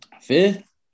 Fifth